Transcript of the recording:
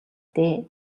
дээ